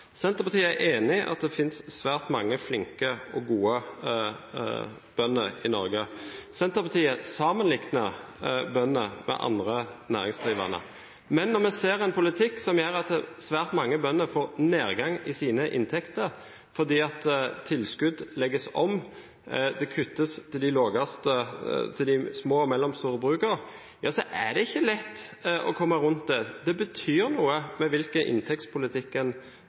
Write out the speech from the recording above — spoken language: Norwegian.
men når vi ser en politikk som gjør at svært mange bønder får nedgang i sine inntekter fordi tilskudd legges om, og det kuttes til de små og mellomstore brukene, er det ikke lett å komme rundt at det betyr noe hvilken